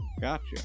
Gotcha